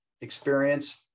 experience